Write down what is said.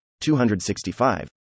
265